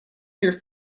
here